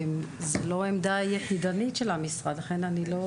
זו לא עמדה יחידנית של המשרד לכן אני לא